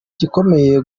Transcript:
gikomeye